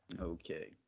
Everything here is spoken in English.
Okay